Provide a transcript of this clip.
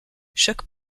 chaque